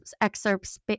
excerpts